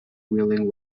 wheeling